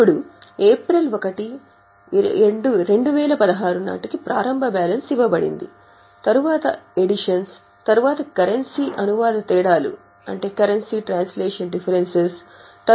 ఇప్పుడు ఏప్రిల్ 1 2016 నాటికి ప్రారంభ బ్యాలెన్స్ విలువ తెలుస్తుంది